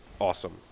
Awesome